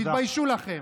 תתביישו לכם.